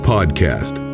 Podcast